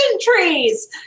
trees